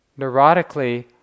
neurotically